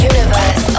Universe